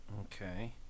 Okay